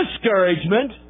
discouragement